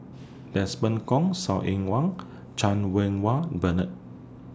Desmond Kon Saw Ean Wang Chan Win Wah Bernard